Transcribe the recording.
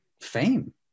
fame